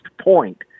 point